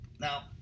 Now